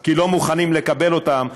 כי לא מוכנים לקבל אותן,